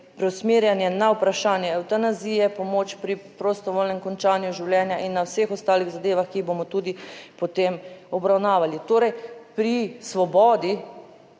preusmerjanje na vprašanje evtanazije, pomoč pri prostovoljnem končanju življenja in na vseh ostalih zadevah, ki jih bomo tudi potem obravnavali. Torej pri Svobodi,